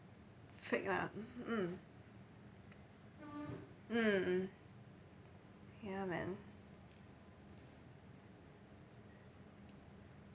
fake ah mm mmhmm ya man